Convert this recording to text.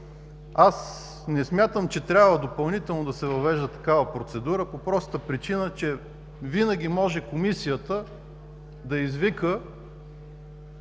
не смятам, че трябва допълнително да се въвежда такава, по простата причина, че винаги може Комисията да извика,